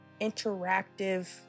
interactive